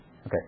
Okay